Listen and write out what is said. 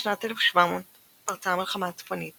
בשנת 1700 פרצה המלחמה הצפונית